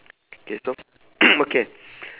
K so okay